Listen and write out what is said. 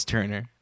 Turner